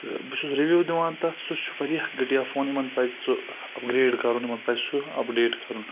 تہٕ بہٕ چھُس رِوِو دِوان تَتھ سُہ چھُ واریاہ گٹیا فون یِمَن پَزِ سُہ اَپ گریڈ کَرُن یِمَن پَزِ سُہ اَپ ڈیٹ کَرُن